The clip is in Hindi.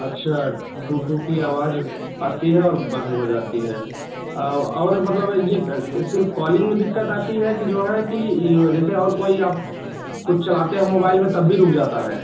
अच्छा टूँ टूँ की आवाज़ आती है और बंद हो जाती है और मतलब यह सिर्फ़ कॉलिंग में दिक़्क़त आती है कि जो है कि इ जैसे और कोई आप कुछ चलाते हो मोबाइल में तब भी रुक जाता है